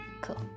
cool